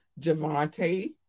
Javante